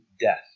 death